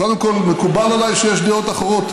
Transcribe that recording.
קודם כול, מקובל עליי שיש דעות אחרות.